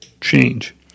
change